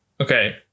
Okay